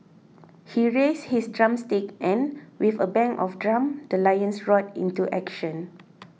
he raised his drumsticks and with a bang of drum the lions roared into action